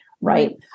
right